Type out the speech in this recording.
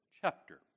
chapter